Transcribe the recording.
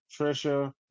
Trisha